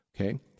okay